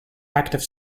active